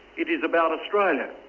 it is about australia,